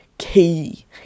key